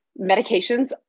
medications